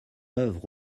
œuvres